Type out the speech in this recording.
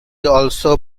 also